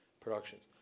productions